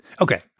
Okay